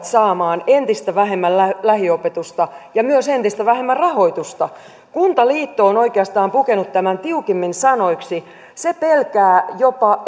saamaan entistä vähemmän lähiopetusta ja myös entistä vähemmän rahoitusta kuntaliitto on oikeastaan pukenut tämän tiukimmin sanoiksi se pelkää jopa